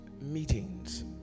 meetings